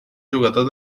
jugador